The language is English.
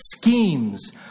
schemes